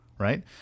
Right